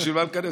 בשביל מה לכנס?